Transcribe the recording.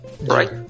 right